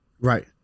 Right